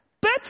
better